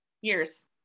years